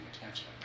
attention